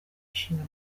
ishinga